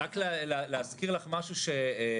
רק להזכיר לך משהו שנשכח,